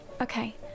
Okay